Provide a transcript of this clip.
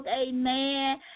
amen